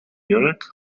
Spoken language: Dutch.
jurk